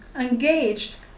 engaged